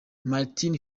martin